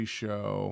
show